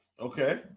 Okay